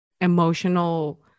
emotional